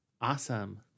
Awesome